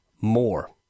more